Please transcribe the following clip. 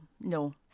no